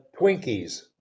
Twinkies